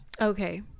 Okay